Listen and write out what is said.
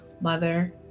mother